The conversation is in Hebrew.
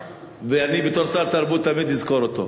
ואני בתור שר תרבות תמיד אזכור אותו.